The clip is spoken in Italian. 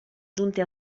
giunte